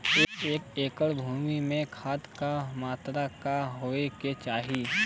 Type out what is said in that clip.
एक एकड़ भूमि में खाद के का मात्रा का होखे के चाही?